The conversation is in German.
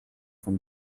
vom